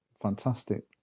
fantastic